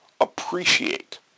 appreciate